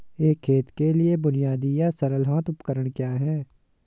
एक खेत के लिए बुनियादी या सरल हाथ उपकरण क्या हैं?